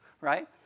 right